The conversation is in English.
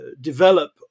develop